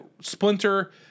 Splinter